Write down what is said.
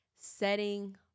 setting